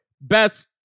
best